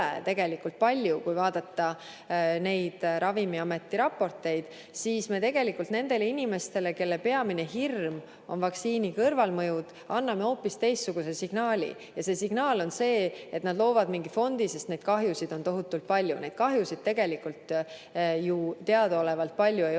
tegelikult palju, kui vaadata neid Ravimiameti raporteid, siis me nendele inimestele, kelle peamine hirm on vaktsiini kõrvalmõjud, anname hoopis teistsuguse signaali. See signaal on see, et nad loovad mingi fondi, sest neid kahjusid on tohutult palju. Neid kahjusid tegelikult ju teadaolevalt palju ei